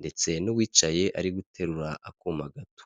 ndetse n'uwicaye ari guterura akuma gato.